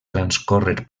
transcórrer